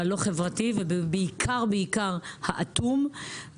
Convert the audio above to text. והלא חברתי, ובעיקר בעיקר האטום.